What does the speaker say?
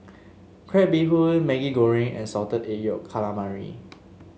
Crab Bee Hoon Maggi Goreng and Salted Egg Yolk Calamari